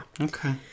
Okay